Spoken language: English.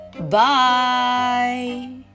Bye